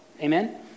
Amen